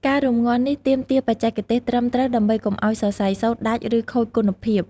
ការរំងាស់នេះទាមទារបច្ចេកទេសត្រឹមត្រូវ ដើម្បីកុំឲ្យសរសៃសូត្រដាច់ ឬខូចគុណភាព។